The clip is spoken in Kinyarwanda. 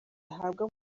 ahabwa